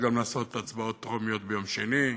גם לעשות הצבעות בקריאה טרומית ביום שני,